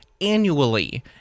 annually